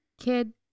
kid